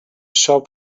shop